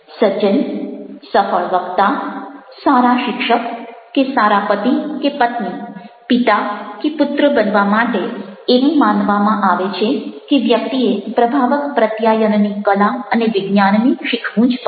સજ્જન સફળ વક્તા સારા શિક્ષક કે સારા પતિ કે પત્ની પિતા કે પુત્ર બનવા માટે એવું માનવામાં આવે છે કે વ્યક્તિએ પ્રભાવક પ્રત્યાયનની કલા અને વિજ્ઞાનને શીખવું જ પડે